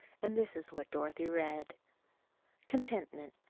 and this is what dorothy read contentment